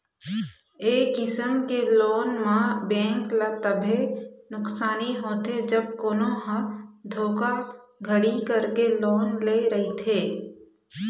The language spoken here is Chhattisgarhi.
ए किसम के लोन म बेंक ल तभे नुकसानी होथे जब कोनो ह धोखाघड़ी करके लोन ले रहिथे